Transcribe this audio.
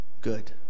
good